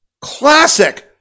classic